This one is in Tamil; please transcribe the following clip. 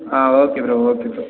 ah okay bro okay bro